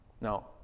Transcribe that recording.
Now